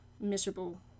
miserable